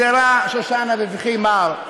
מיררה שושנה בבכי מר.